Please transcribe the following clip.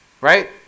Right